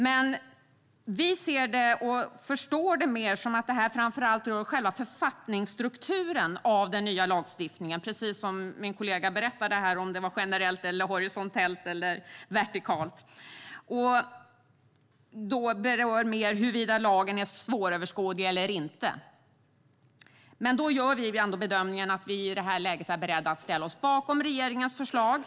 Men vi förstår det mer som att det här framför allt rör själva författningsstrukturen i den nya lagstiftningen - huruvida det är generellt, horisontellt eller vertikalt, som min kollega tog upp, och huruvida lagen är svåröverskådlig eller inte. I det här läget är vi beredda att ställa oss bakom regeringens förslag.